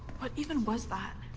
what even was that?